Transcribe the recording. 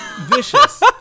vicious